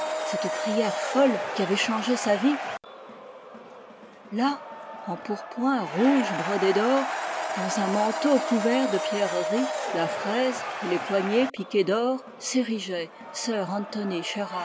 cette prière folle qui avait changé sa vie là en pourpoint rouge brodé d'or dans un manteau couvert de pierreries la fraise et les poignets piqués d'or s'érigeait sir antony